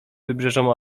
wybrzeżom